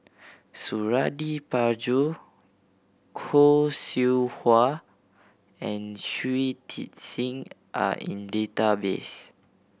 Suradi Parjo Khoo Seow Hwa and Shui Tit Sing are in database